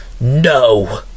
No